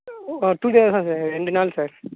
two days தான் sir ரெண்டு நாள் சார்